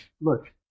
look